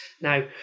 Now